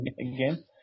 again